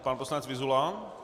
Pan poslanec Vyzula.